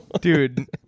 Dude